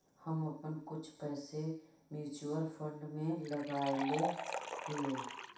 हम अपन कुछ पैसे म्यूचुअल फंड में लगायले हियई